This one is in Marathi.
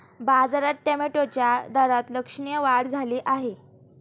बाजारात टोमॅटोच्या दरात लक्षणीय वाढ झाली आहे